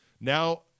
Now